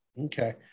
okay